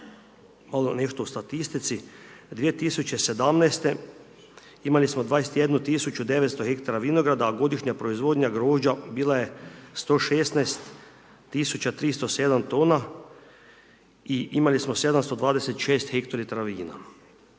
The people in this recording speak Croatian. Ono nešto o statistici, 2017. imali smo 21 tisuća 900 hektara vinograda, a godišnja proizvodnja grožđa bila je 116 tisuća 307 tona i imali smo 726 hektolitara vina.